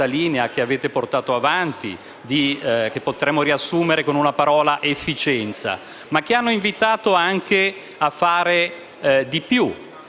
linea che avete portato avanti, che potremmo riassumere con la parola efficienza, ma hanno anche invitato a fare di più,